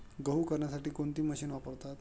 गहू करण्यासाठी कोणती मशीन वापरतात?